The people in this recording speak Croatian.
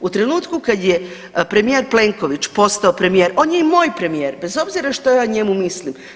U trenutku kad je premijer Plenković postao premijer, on je i moj premijer, bez obzira što ja o njemu mislim.